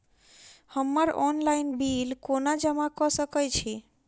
हम्मर online bill कोना जमा कऽ सकय छी?